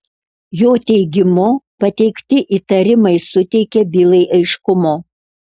jo teigimu pateikti įtarimai suteikia bylai aiškumo